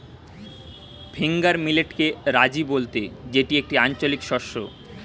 finger মিলেটকে রাজি বলতে যেটি একটি আঞ্চলিক শস্য